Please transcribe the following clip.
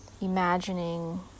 imagining